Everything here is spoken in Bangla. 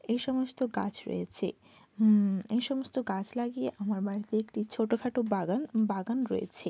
এই সমস্ত গাছ রয়েছে এই সমস্ত গাছ লাগিয়ে আমার বাড়িতে একটি ছোটোখাটো বাগান বাগান রয়েছে